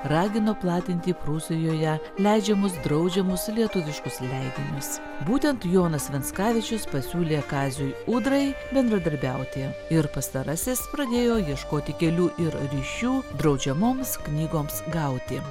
ragino platinti prūsijoje leidžiamus draudžiamus lietuviškus leidinius būtent jonas venskavičius pasiūlė kaziui ūdrai bendradarbiauti ir pastarasis pradėjo ieškoti kelių ir ryšių draudžiamoms knygoms gauti